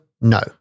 no